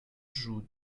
joue